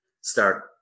start